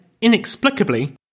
inexplicably